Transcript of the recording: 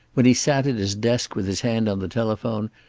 when he sat at his desk with his hand on the telephone,